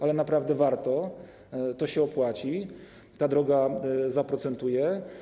Ale naprawdę warto, to się opłaci, ta droga zaprocentuje.